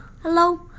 Hello